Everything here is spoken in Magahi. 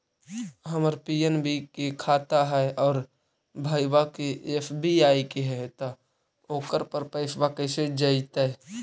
हमर पी.एन.बी के खाता है और भईवा के एस.बी.आई के है त ओकर पर पैसबा कैसे जइतै?